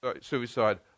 suicide